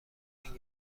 این